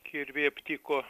kirvį aptiko